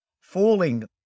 falling